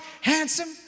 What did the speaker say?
handsome